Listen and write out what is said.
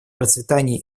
процветания